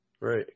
Right